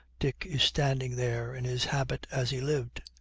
dick is standing there in his habit as he lived.